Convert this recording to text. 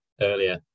earlier